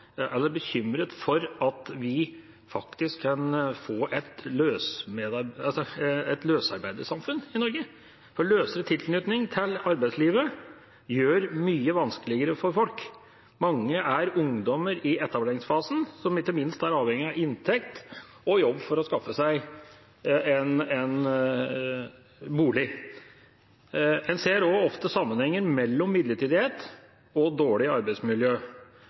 eller bekymret for at vi faktisk kan få et løsarbeidersamfunn i Norge. Løsere tilknytning til arbeidslivet gjør mye vanskeligere for folk. Mange er ungdommer i etableringsfasen, som ikke minst er avhengig av inntekt og jobb for å skaffe seg en bolig. En ser også ofte sammenheng mellom midlertidighet og dårlig arbeidsmiljø